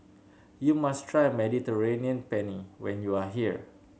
you must try Mediterranean Penne when you are here